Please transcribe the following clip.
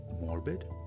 Morbid